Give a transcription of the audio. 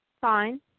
fine